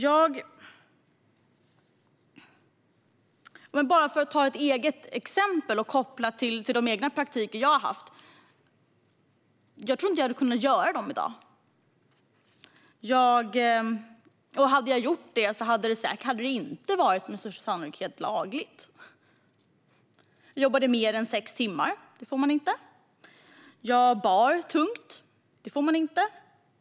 Vad gäller de praktikplatser som jag själv har haft tror jag inte att jag hade kunnat arbeta på dessa platser i dag, och om jag hade gjort det hade det med största sannolikhet inte varit lagligt. Jag jobbade mer än sex timmar - det får man inte. Jag bar tungt - det får man inte.